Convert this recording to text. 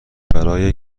برای